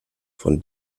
von